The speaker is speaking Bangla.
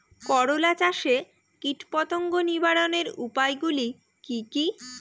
করলা চাষে কীটপতঙ্গ নিবারণের উপায়গুলি কি কী?